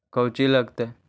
कौची लगतय?